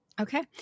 Okay